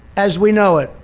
as we know it.